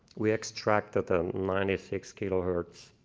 we extracted the ninety six kilohertz,